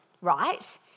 Right